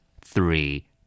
Three